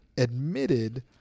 admitted